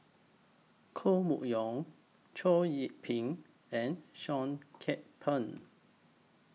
Koh Mun Yong Chow Yian Ping and Seah Kian Peng